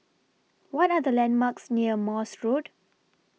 What Are The landmarks near Morse Road